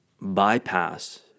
bypass